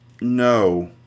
No